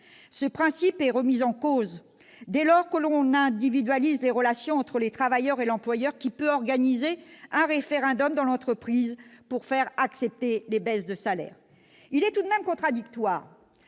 Ce principe est remis en cause dès lors que l'on individualise les relations entre les travailleurs et l'employeur, qui peut organiser un référendum dans l'entreprise pour faire accepter les baisses de salaires. Il est tout de même contradictoire